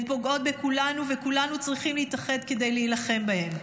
הן פוגעות בכולנו וכולנו צריכים להתאחד כדי להילחם בהן.